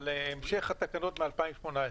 על המשך התקנות מ-2018.